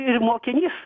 ir mokinys